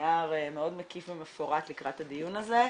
נייר מאוד מקיף ומפורט לקראת הדיון הזה.